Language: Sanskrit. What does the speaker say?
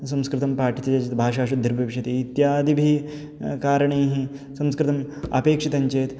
संस्कृतं पाठ्यते चेत् भाषाशुद्धिर्भविष्यति इत्यादिभिः कारणैः संस्कृतम् अपेक्षितं चेत्